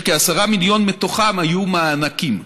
אשר כ-10 מיליון מתוכם היו מענקים.